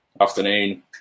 afternoon